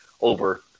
over